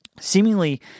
seemingly